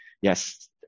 yes